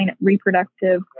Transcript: reproductive